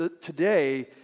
today